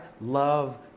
love